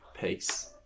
peace